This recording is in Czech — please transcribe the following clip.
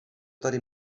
tady